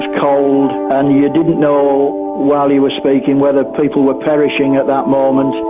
cold, and you didn't know while you were speaking whether people were perishing at that moment.